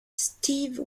steve